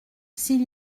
s’il